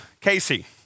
Casey